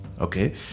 okay